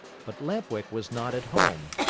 but lamp-wick was not at home.